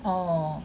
orh